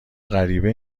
غریبه